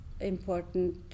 important